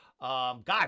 God